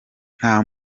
nta